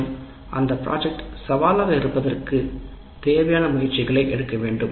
மற்றும் அந்தத் திட்டம் சவாலாக இருப்பதற்கு தேவையான முயற்சிகளை எடுக்க வேண்டும்